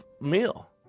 meal